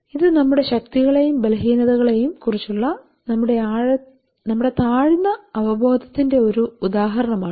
ഇത് നമ്മുടെ ശക്തികളെയും ബലഹീനതകളെയും കുറിച്ചുള്ള നമ്മുടെ താഴ്ന്ന അവബോധത്തിന്റെ ഒരു ഉദാഹരണമാണ്